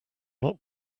not